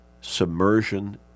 submersion